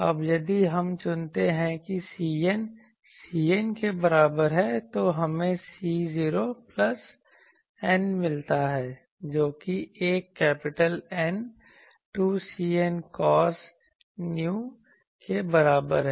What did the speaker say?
अब यदि हम चुनते हैं कि Cn C n के बराबर है तो हमें C0 प्लस n मिलता है जोकि 1 capital N 2Cn cos nu के बराबर है